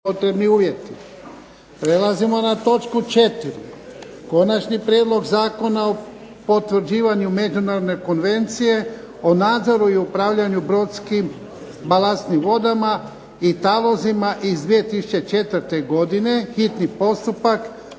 Ivan (HDZ)** Prelazimo na točku četiri - Konačni prijedlog zakona o potvrđivanju Međunarodne konvencije o nadzoru i upravljanju brodskim balastnim vodama i talozima iz 2004. godine, hitni postupak,